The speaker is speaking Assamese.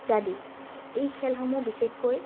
ইত্যাদি এই খেলসমূহ বিশেষকৈ